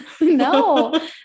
No